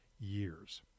years